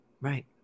Right